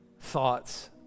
thoughts